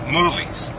movies